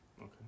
Okay